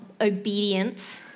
obedience